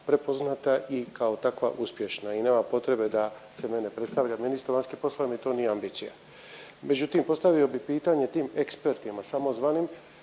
prepoznata i kao takva uspješna i nema potrebe da se mene predstavlja ministru vanjskih poslova, meni to nije ambicija. Međutim postavio bi pitanje tim ekspertima samozvanim